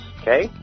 okay